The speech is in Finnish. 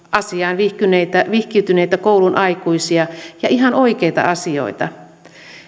asiaan vihkiytyneitä vihkiytyneitä koulun aikuisia ja ihan oikeita asioita